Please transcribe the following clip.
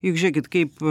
juk žėkit kaip